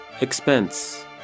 Expense